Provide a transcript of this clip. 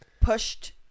pushed